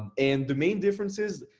and and the main difference is,